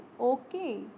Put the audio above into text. okay